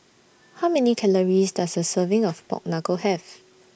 How Many Calories Does A Serving of Pork Knuckle Have